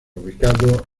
ubicado